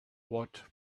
what